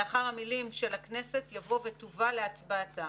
לאחר המילים "של הכנסת" יבוא "ותובא להצבעתה".